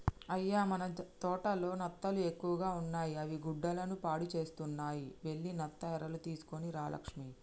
అయ్య మన తోటలో నత్తలు ఎక్కువగా ఉన్నాయి అవి గుడ్డలను పాడుసేస్తున్నాయి వెళ్లి నత్త ఎరలు తీసుకొని రా లక్ష్మి